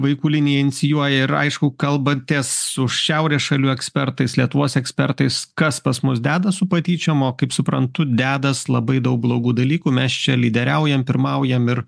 vaikų linija inicijuoja ir aišku kalbatės su šiaurės šalių ekspertais lietuvos ekspertais kas pas mus dedas su patyčiom o kaip suprantu dedas labai daug blogų dalykų mes čia lyderiaujam pirmaujam ir